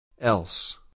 Else